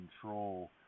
control